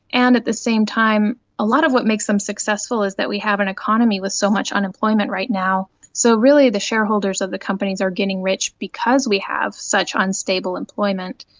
and at the same time a lot of what makes them successful is that we have an economy with so much unemployment right now. so really the shareholders of the companies are getting rich because we have such unstable employment.